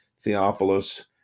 Theophilus